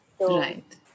Right